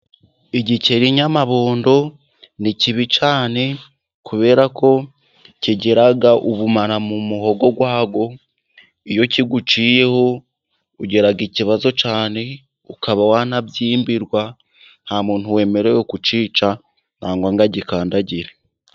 Igikeri nyamabondo nikibi cyane, kubera ko kigira ubumara mu muhogo wacyo, iyo kiguciyeho ugira ikibazo cyane, ukaba wanabyimbirwa, nta muntu wemerewe kukica, cyangwa kugikandagira.